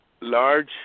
large